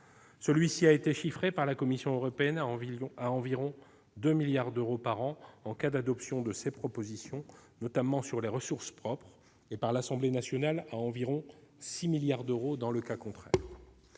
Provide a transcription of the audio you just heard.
Celui-ci a été chiffré par la Commission européenne à environ 2 milliards d'euros par an en cas d'adoption de ses propositions, notamment sur les ressources propres, et par l'Assemblée nationale à environ 6 milliards d'euros dans le cas contraire.